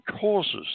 causes